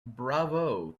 bravo